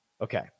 Okay